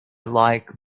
like